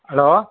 hello